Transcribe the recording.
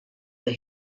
that